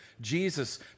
Jesus